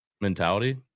mentality